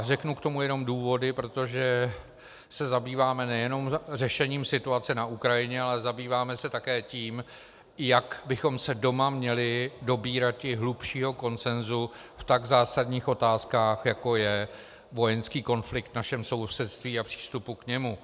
Řeknu k tomu jenom důvody, protože se zabýváme nejenom řešením situace na Ukrajině, ale zabýváme se také tím, jak bychom se doma měli dobírati hlubšího konsensu v tak zásadních otázkách, jako je vojenský konflikt v našem sousedství, a v přístupu k němu.